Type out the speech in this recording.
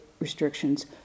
restrictions